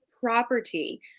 property